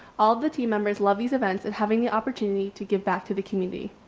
all the team members love these events and having the opportunity to give back to the community.